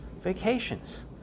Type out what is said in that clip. Vacations